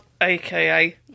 aka